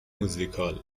موزیکال